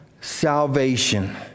salvation